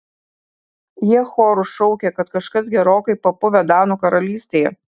jie choru šaukia kad kažkas gerokai papuvę danų karalystėje